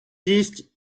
їсть